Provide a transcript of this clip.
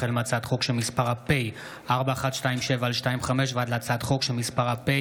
החל בהצעת חוק פ/4127/25 וכלה בהצעת חוק פ/4140/25: